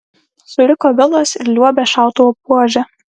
suriko vilas ir liuobė šautuvo buože